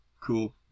cool